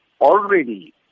already